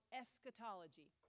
eschatology